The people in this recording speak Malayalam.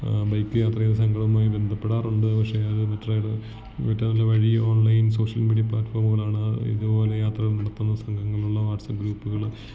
ബൈക്ക് യാത്ര ചെയ്യുന്ന സംഘവുമായ് ബന്ധപ്പെടാറുണ്ട് പക്ഷേ അത് വഴി ഓൺലൈൻ സോഷ്യൽ മീഡിയ പ്ലാറ്റ്ഫോമുകളാണ് ഇതുപോലെ യാത്രകൾ നടത്തുന്ന സംഘങ്ങളുള്ള വാട്സ്ആപ്പ് ഗ്രൂപ്പുകള്